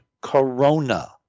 Corona